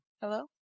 hello